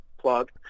plug